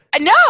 No